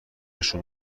شون